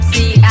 See